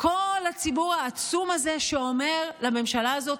כל הציבור העצום הזה אומר לממשלה הזאת: